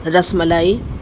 ras malai